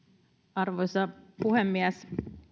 arvoisa puhemies